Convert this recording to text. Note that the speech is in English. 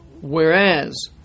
Whereas